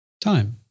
time